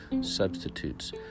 substitutes